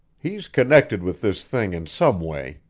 he's connected with this thing in some way,